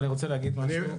אבל אני רוצה להגיד משהו.